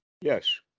Yes